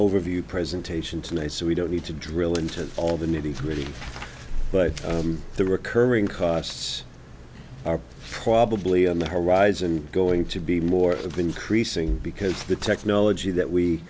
overview presentation tonight so we don't need to drill into all the nitty gritty but the recurring costs are probably on the horizon going to be more of the increasing because the technology that we